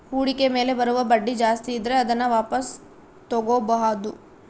ಹೂಡಿಕೆ ಮೇಲೆ ಬರುವ ಬಡ್ಡಿ ಜಾಸ್ತಿ ಇದ್ರೆ ಅದನ್ನ ವಾಪಾಸ್ ತೊಗೋಬಾಹುದು